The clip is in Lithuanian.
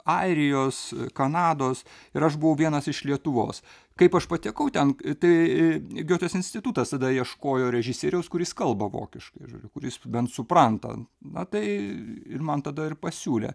airijos kanados ir aš buvau vienas iš lietuvos kaip aš patekau ten tai giotės institutas tada ieškojo režisieriaus kuris kalba vokiškai žodžiu kuris bent supranta na tai ir man tada ir pasiūlė